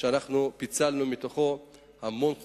פיצלנו מתוכו המון חוקים.